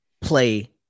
play